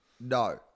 No